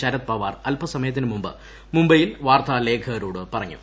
ശരത്പവാർ അല്പ്സ്മയത്തിനു മുമ്പ് മുംബൈയിൽ വാർത്താലേഖകരോട് പ്രെറഞ്ഞു